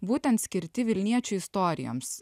būtent skirti vilniečių istorijoms